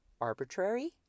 arbitrary